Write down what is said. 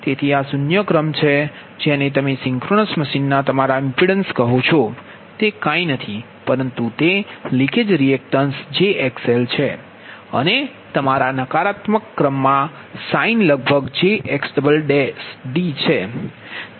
તેથી આ શૂન્ય ક્રમ છે જેને તમે સિંક્રનસ મશીનના તમારા ઇમ્પિડન્સ કહો છો તે કંઈ નથી પરંતુ તે લિકેજ રિએક્ટેન્સ jXl છે અને તમારા નકારાત્મક ક્રમમાં સાઇન લગભગ jXd છે